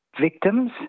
victims